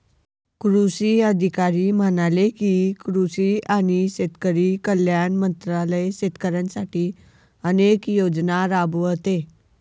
कृषी अधिकारी म्हणाले की, कृषी आणि शेतकरी कल्याण मंत्रालय शेतकऱ्यांसाठी अनेक योजना राबवते